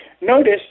Notice